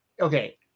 okay